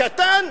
הקטן,